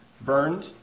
burned